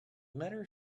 letter